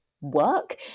work